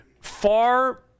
far